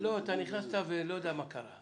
לא, אתה נכנסת ולא יודע מה קרה.